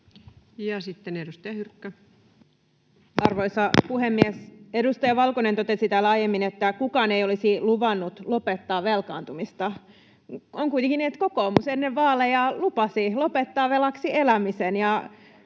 sitten edustaja Hyrkkö. Arvoisa puhemies! Edustaja Valkonen totesi täällä aiemmin, että kukaan ei olisi luvannut lopettaa velkaantumista. On kuitenkin niin, että kokoomus ennen vaaleja lupasi lopettaa velaksi elämisen,